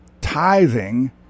tithing